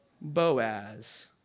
Boaz